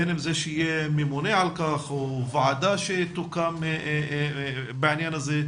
בין אם זה שיהיה ממונה על כך או ועדה שתוקם בעניין הזה.